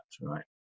right